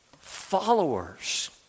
followers